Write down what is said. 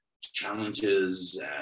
challenges